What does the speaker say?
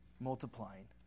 multiplying